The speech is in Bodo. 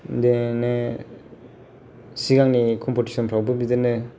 बिदिनो सिगांनि कम्प'टिशनफ्रावबो बिदिनो